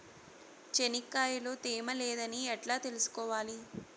చెనక్కాయ లో తేమ లేదని ఎట్లా తెలుసుకోవాలి?